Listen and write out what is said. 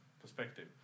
perspective